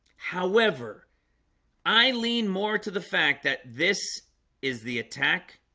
however i lean more to the fact that this is the attack?